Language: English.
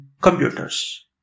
Computers